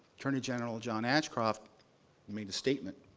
attorney general john ashcroft made a statement,